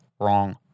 Wrong